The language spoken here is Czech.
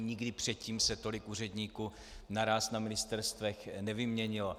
Nikdy předtím se tolik úředníků naráz na ministerstvech nevyměnilo.